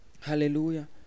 Hallelujah